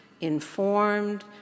informed